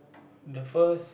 the first